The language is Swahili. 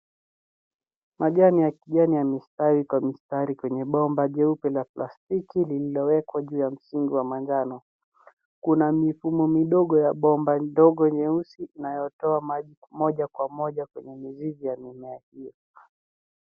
Majani ya kijani yamestawi kwa mistari kwenye bomba jeupe la plastiki lililowekwa juu ya msingi wa manjano. Kuna mifumo midogo ya bomba ndogo nyeusi inayotoa maji moja kwa moja kwenye mizizi ya mimea hio.